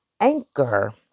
Anchor